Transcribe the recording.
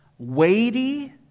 weighty